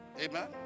amen